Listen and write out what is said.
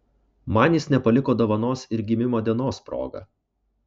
man jis nepaliko dovanos ir gimimo dienos proga